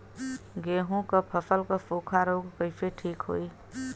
गेहूँक फसल क सूखा ऱोग कईसे ठीक होई?